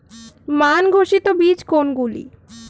মান ঘোষিত বীজ কোনগুলি?